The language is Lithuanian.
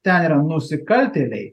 tai yra nusikaltėliai